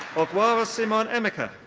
ogwara simon emeka.